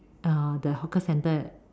uh the hawker centre